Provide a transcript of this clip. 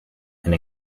and